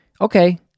okay